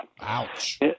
Ouch